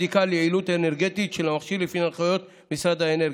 בדיקה ליעילות האנרגטית של המכשיר לפי הנחיות משרד האנרגיה.